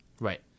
Right